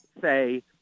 say